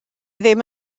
ddim